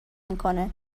میکنه